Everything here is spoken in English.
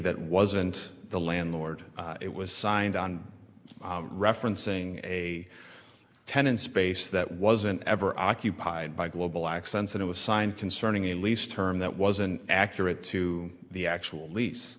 that wasn't the landlord it was signed on referencing a tenant space that wasn't ever occupied by global accents and it was signed concerning a lease term that wasn't accurate to the actual lease